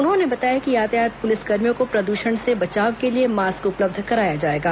उन्होंने बताया कि यातायात पुलिस कर्मियों को प्रदूषण से बचाव के लिए मॉस्क उपलब्ध कराया जाएगा